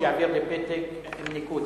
שיעביר לי פתק עם ניקוד,